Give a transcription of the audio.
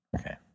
Okay